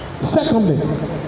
Secondly